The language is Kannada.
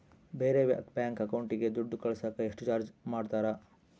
ಬೇರೆ ಬ್ಯಾಂಕ್ ಅಕೌಂಟಿಗೆ ದುಡ್ಡು ಕಳಸಾಕ ಎಷ್ಟು ಚಾರ್ಜ್ ಮಾಡತಾರ?